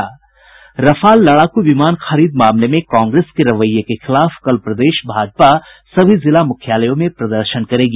Rafale लड़ाकू विमान खरीद मामले में कांग्रेस के रवैये के खिलाफ कल प्रदेश भाजपा सभी जिला मुख्यालयों में प्रदर्शन करेगी